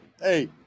Hey